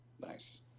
Nice